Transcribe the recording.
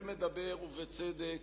זה מדבר, ובצדק,